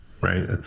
right